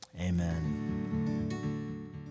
Amen